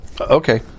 Okay